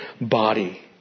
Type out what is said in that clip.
body